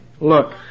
Look